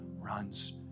runs